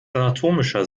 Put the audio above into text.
anatomischer